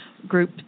group